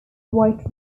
white